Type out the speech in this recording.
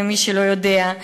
למי שלא יודע,